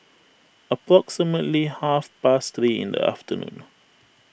approximately half past three in the afternoon